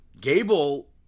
Gable